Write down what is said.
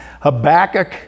Habakkuk